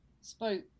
spoke